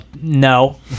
No